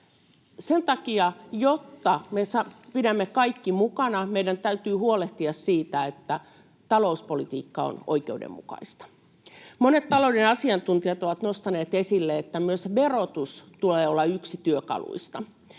Sen takia, jotta me pidämme kaikki mukana, meidän täytyy huolehtia siitä, että talouspolitiikka on oikeudenmukaista. Monet talouden asiantuntijat ovat nostaneet esille, että myös verotuksen tulee olla yksi työkaluista.